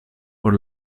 por